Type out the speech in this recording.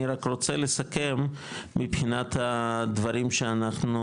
אני רק רוצה לסכם מבחינת הדברים שאנחנו